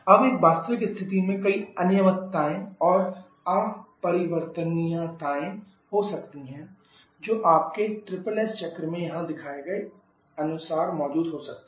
अब एक वास्तविक स्थिति में कई अनियमितताएं या अपरिवर्तनीयताएं हो सकती हैं जो आपके एसएसएस चक्र में यहां दिखाए गए अनुसार मौजूद हो सकती हैं